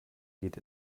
geht